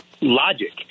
logic